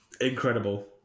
Incredible